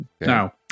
Now